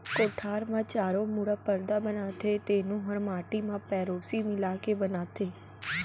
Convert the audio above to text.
कोठार म चारों मुड़ा परदा बनाथे तेनो हर माटी म पेरौसी मिला के बनाथें